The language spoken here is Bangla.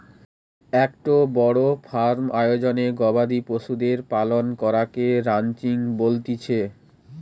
একটো বড় ফার্ম আয়োজনে গবাদি পশুদের পালন করাকে রানচিং বলতিছে